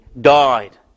died